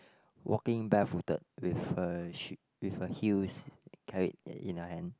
walking bare footed with a sh~ with a heels carried in her hand